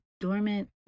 dormant